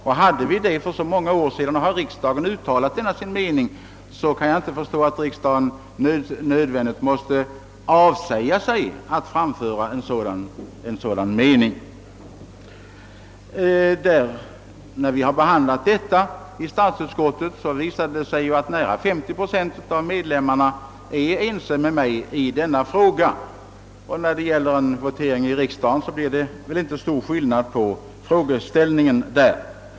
När riksdagen för så många år sedan uttalat sin mening i frågan, kan jag inte förstå att den nu måste avsäga sig rätten att framföra denna mening. Vid ärendets behandling i statsutskottet visade det sig att nära 50 procent av ledamöterna var ense med mig. Vid en votering i kamrarna lär det väl inte komma fram någon större förändring i ställningstagandet.